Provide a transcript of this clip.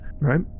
Right